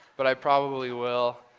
but i probably will.